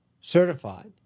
certified